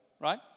Right